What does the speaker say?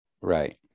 Right